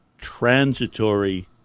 transitory